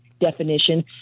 definition